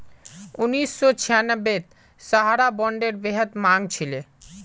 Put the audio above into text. उन्नीस सौ छियांबेत सहारा बॉन्डेर बेहद मांग छिले